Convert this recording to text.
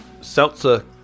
Seltzer